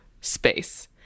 space